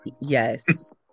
Yes